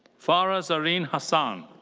farah zareen hasan.